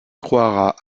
croire